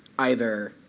either